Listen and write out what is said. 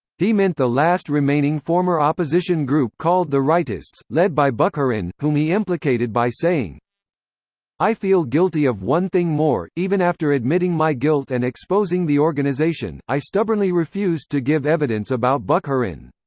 he meant the last remaining former opposition group called the rightists, led by bukharin, whom he implicated by saying i feel guilty of one thing more even after admitting my guilt and exposing the organisation, i stubbornly refused to give evidence about bukharin.